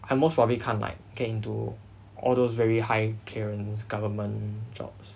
I most probably can't like get into all those very high clearance government jobs